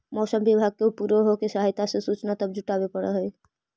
मौसम विभाग के उपग्रहों के सहायता से सूचना सब जुटाबे पड़ हई